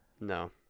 No